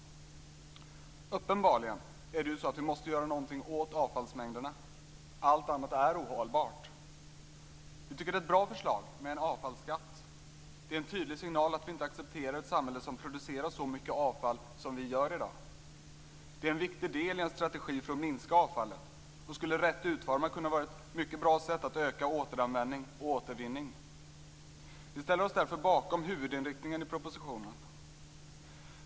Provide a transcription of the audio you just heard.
Uppenbarligen är det så att vi måste göra någonting åt avfallsmängderna. Allt annat är ohållbart. Vi tycker att det är ett bra förslag med en avfallsskatt. Det är en tydlig signal att vi inte accepterar ett samhälle som producerar så mycket avfall som vi gör i dag. Det är en viktig del i en strategi för att minska avfallet. Rätt utformad skulle den kunna vara ett mycket bra sätt att öka återanvändning och återvinning. Vi ställer oss därför bakom huvudinriktningen i propositionen.